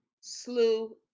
slew